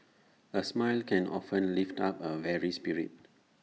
A smile can often lift up A weary spirit